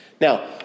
Now